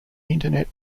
internet